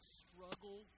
struggle